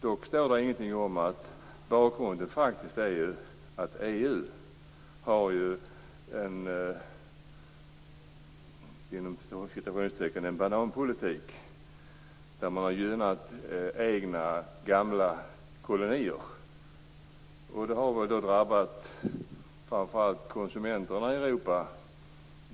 Det står dock ingenting om att bakgrunden faktiskt är att EU har en "bananpolitik" som innebär att man har gynnat egna gamla kolonier. Det har främst drabbat konsumenterna i Europa.